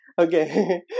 Okay